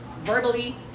verbally